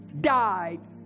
died